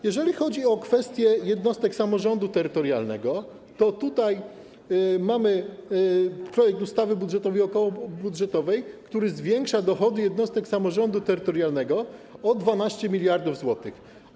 Jeżeli chodzi o kwestię jednostek samorządu terytorialnego, to tutaj mamy projekty ustawy budżetowej i ustawy okołobudżetowej, w których zwiększa się dochody jednostek samorządu terytorialnego o 12 mld zł.